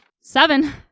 Seven